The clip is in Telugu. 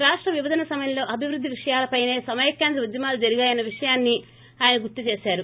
రాష్ట విభజన సమయంలో అభివృద్ది విషయాలపైనే సమైక్యాంధ్ర ఉద్యమాలు జరిగాయన్న విషయాన్ని ఆయన గుర్తు చేశారు